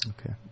Okay